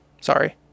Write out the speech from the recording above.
Sorry